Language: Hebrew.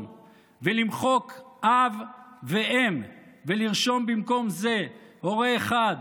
ולמחוק אב ואם ולרשום במקום זה הורה 1,